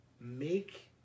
make